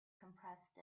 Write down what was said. compressed